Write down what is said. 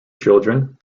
children